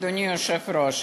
אדוני היושב-ראש.